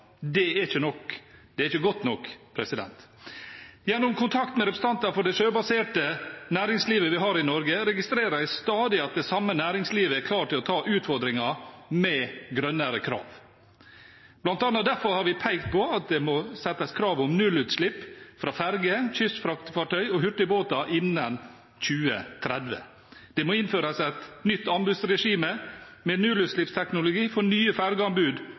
Det er ikke godt nok. Gjennom kontakt med representanter for det sjøbaserte næringslivet vi har i Norge, registrerer jeg stadig at det samme næringslivet er klar til å ta utfordringen med grønnere krav. Blant annet derfor har vi pekt på at det må settes krav om nullutslipp fra ferger, kystfraktefartøy og hurtigbåter innen 2030. Det må innføres et nytt anbudsregime med nullutslippsteknologi for nye fergeanbud